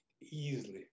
easily